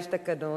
יש תקנון.